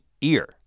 ear